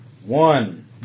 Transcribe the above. One